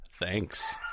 thanks